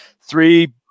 three